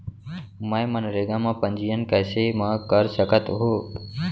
मैं मनरेगा म पंजीयन कैसे म कर सकत हो?